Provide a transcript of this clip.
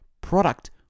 product